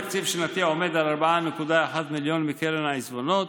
התקציב השנתי עומד על 4.1 מיליון מקרן העיזבונות.